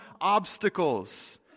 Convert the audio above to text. obstacles